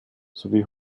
sowie